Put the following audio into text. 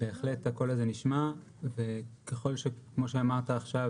בהחלט הקול הזה נשמע וככל שכמו שאמרת עכשיו